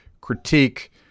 critique